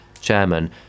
chairman